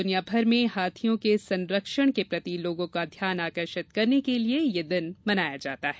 दुनिया भर में हार्थियों के संरक्षण के प्रति लोगों का ध्यान आकर्षित करने के लिये यह दिवस मनाया जाता है